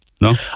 No